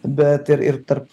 bet ir ir tarp